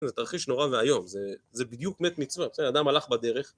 זה תרחיש נורא והיום, זה בדיוק מת מצוות, זה אדם הלך בדרך